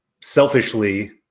selfishly